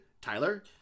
Tyler